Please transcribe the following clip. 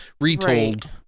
retold